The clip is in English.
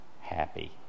happy